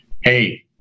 hey